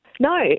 No